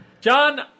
john